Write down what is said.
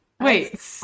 wait